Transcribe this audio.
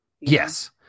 yes